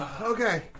Okay